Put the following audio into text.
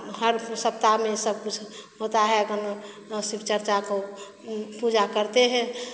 हर सप्ताह में सब कुछ होता है गाना शिव चर्चा को पूजा करते हैं